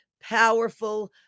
powerful